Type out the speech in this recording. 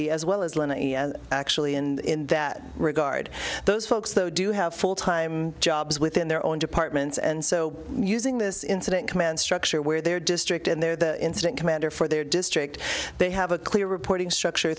as well as actually in that regard those folks though do have full time jobs within their own departments and so using this incident command structure where their district and their the incident commander for their district they have a clear reporting structure